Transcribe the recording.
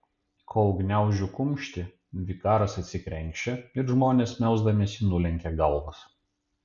kol gniaužiu kumštį vikaras atsikrenkščia ir žmonės melsdamiesi nulenkia galvas